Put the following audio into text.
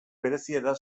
berezia